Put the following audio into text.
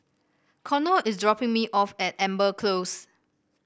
Konnor is dropping me off at Amber Close